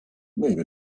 maybe